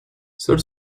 seul